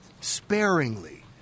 sparingly